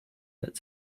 that